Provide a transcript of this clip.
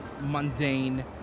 mundane